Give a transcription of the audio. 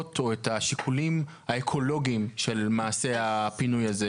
או את השיקולים האקולוגיים של מעשה הפינוי הזה.